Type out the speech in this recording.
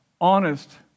honest